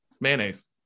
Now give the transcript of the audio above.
mayonnaise